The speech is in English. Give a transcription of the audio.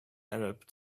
arab